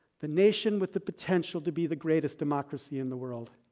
the nation with the potential to be the greatest democracy in the world